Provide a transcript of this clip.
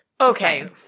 Okay